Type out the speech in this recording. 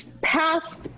passed